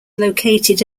located